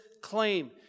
claim